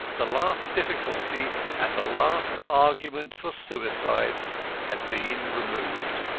the last difficulty and the last argument for suicide had been removed.